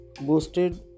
boosted